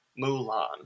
Mulan